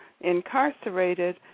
incarcerated